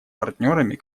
партнерами